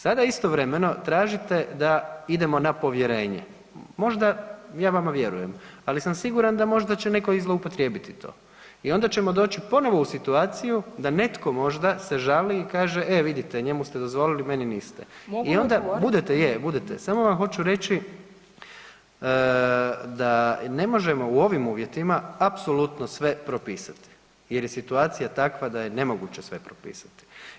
Sada istovremeno tražite da idemo na povjerenje, možda ja vama vjerujem, ali sam siguran da možda će netko i zloupotrijebiti to i onda ćemo doći ponovo u situaciju da netko možda se žali i kaže e vidite, njemu ste dozvolili, meni niste [[Upadica: Mogu odgovoriti.]] budete, je budete, samo vam hoću reći da ne možemo u ovom uvjetima apsolutno sve propisati jer je situacija takva da je nemoguće sve propisati.